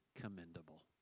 commendable